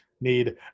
need